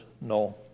no